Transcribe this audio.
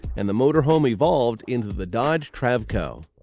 and the motorhome evolved into the dodge travco.